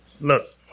Look